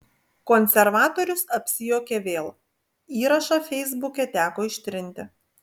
konservatorius apsijuokė vėl įrašą feisbuke teko ištrinti